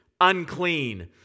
unclean